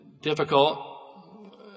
difficult